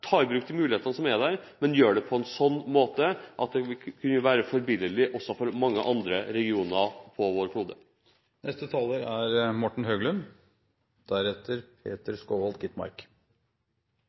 ta i bruk de mulighetene som er der, men man må gjøre det på en måte som er forbilledlig også for mange andre regioner på vår